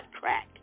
crack